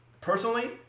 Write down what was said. personally